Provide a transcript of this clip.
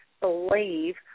believe